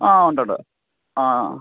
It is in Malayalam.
ആ ഉണ്ട് ഉണ്ട് ആ ആ ആ